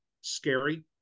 scary